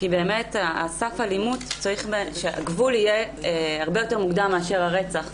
כיוון שסף האלימות צריך להיות שהגבול יהיה הרבה יותר מוקדם מאשר הרצח,